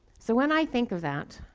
so when i think of that,